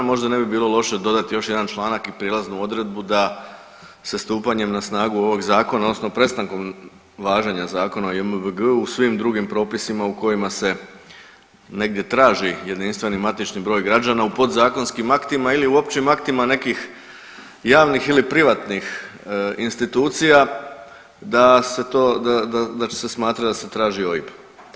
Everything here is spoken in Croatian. Možda ne bi bilo loše dodati još jedan članak i prijelaznu odredbu da se stupanjem na snagu ovog zakona odnosno prestankom važenja zakona o JMBG-u u svim drugim propisima u kojima se negdje traži jedinstveni matični broj građana u podzakonskim aktima ili u općim aktima nekih javnih ili privatnih institucija da se to, da će se smatrati da se traži OIB.